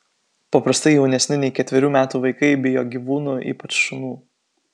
paprastai jaunesni nei ketverių metų vaikai bijo gyvūnų ypač šunų